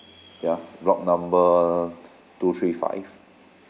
ya block number two three five